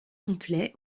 complets